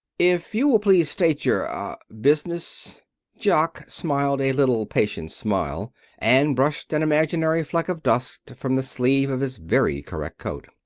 if you will please state your ah business jock smiled a little patient smile and brushed an imaginary fleck of dust from the sleeve of his very correct coat.